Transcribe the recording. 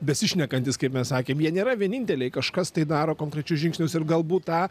besišnekantys kaip mes sakėm jie nėra vieninteliai kažkas tai daro konkrečius žingsnius ir galbūt tą